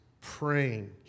praying